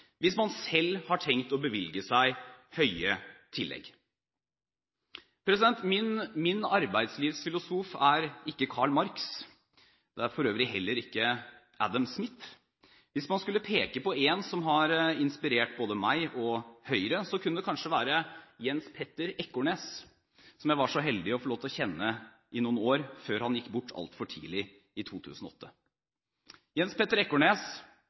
hvis man selv har tenkt å bevilge seg høye tillegg. Min arbeidslivsfilosof er ikke Karl Marx. Det er for øvrig heller ikke Adam Smith. Hvis man skulle peke på en som har inspirert både meg og Høyre, kunne det kanskje være Jens Petter Ekornes, som jeg var så heldig å få lov til å kjenne i noen år før han gikk bort altfor tidlig i